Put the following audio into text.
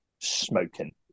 smoking